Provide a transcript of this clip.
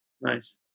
Nice